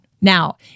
Now